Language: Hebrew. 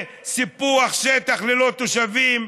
סיפוח שטח ללא תושבים,